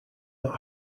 not